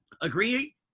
Agree